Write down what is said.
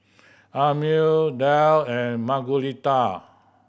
Amil Dale and Margueritta